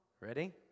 Ready